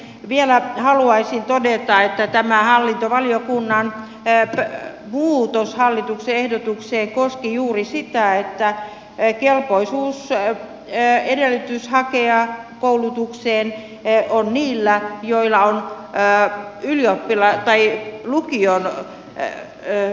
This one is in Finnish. vielä haluaisin todeta että tämä hallintovaliokunnan muutos hallituksen ehdotukseen koski juuri sitä että kelpoisuusedellytys hakea koulutukseen on niillä joilla on enää jää tilaa tai haltija heh heh